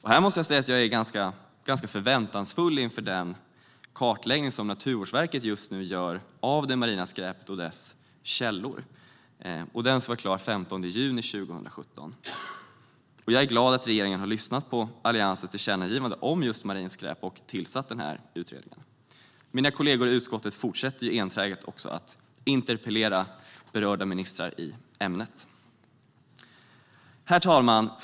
Här måste jag säga att jag är förväntansfull inför den kartläggning som Naturvårdsverket just nu gör av det marina skräpet och dess källor. Den ska vara klar den 15 juni 2017. Jag är glad att regeringen lyssnat på Alliansens tillkännagivande om just marint skräp och tillsatt utredningen. Mina kollegor i utskottet fortsätter också enträget att interpellera berörda ministrar i ämnet. Herr talman!